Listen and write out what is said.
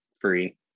free